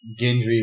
Gendry